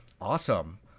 Awesome